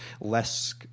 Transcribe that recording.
less